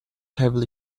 heavily